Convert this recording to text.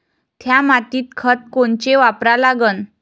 थ्या मातीत खतं कोनचे वापरा लागन?